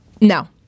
No